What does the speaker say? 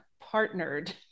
partnered